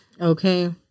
Okay